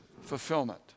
fulfillment